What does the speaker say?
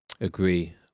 agree